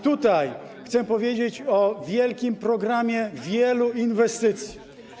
Tutaj chcę powiedzieć o wielkim programie wielu inwestycji.